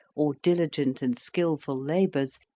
or diligent and skilful labours,